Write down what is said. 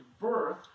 birth